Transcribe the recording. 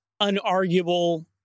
unarguable